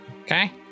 Okay